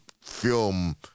film